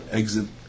exit